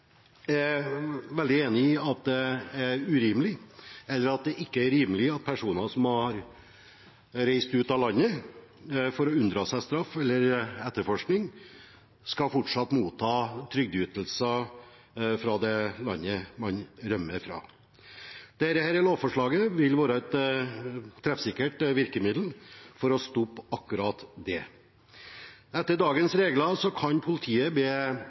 jeg bekrefte. Jeg tror alle er veldig enig i at det ikke er rimelig at personer som har reist ut av landet for å unndra seg straff eller etterforskning, fortsatt skal motta trygdeytelser fra det landet man rømmer fra. Dette lovforslaget vil være et treffsikkert virkemiddel for å stoppe akkurat det. Etter dagens regler kan politiet